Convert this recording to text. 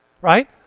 right